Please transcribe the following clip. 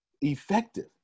effective